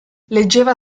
leggeva